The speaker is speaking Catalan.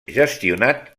gestionat